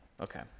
Okay